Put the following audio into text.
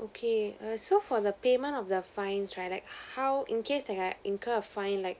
okay err so for the payment of the fines right like how in case that I have incurred a fine like